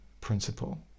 principle